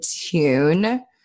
tune